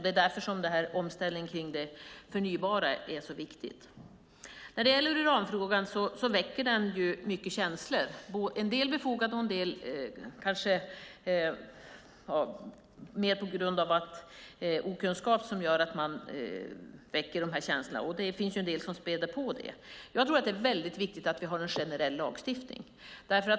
Det är därför som omställningen till det förnybara är så viktig. Uranfrågan väcker mycket känslor. En del är befogade och en del beror mer på okunskap. Det finns en del som späder på de här känslorna. Jag tror att det är mycket viktigt att vi har en generell lagstiftning.